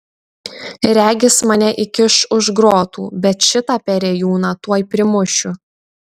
regis mane įkiš už grotų bet šitą perėjūną tuoj primušiu